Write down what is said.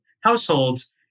households